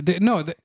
no